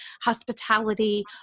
hospitality